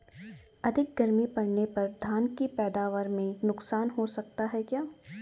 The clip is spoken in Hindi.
अधिक गर्मी पड़ने पर धान की पैदावार में नुकसान हो सकता है क्या?